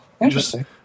interesting